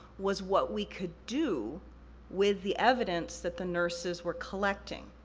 was what we could do with the evidence that the nurses were collecting,